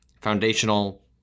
foundational